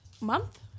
Month